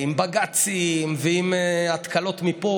נוסף לבדיקות,